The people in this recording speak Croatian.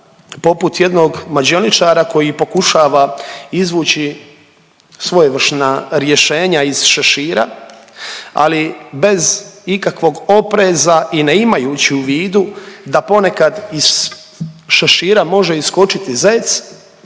poput jednog mađioničara koji pokušava izvući svojevrsna rješenja iz šešira ali bez ikakvog opreza i ne imajući u vidu da ponekad iz šešira može iskočiti zec,